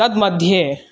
तद् मध्ये